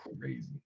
crazy